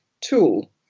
tool